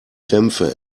dämpfe